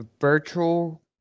Virtual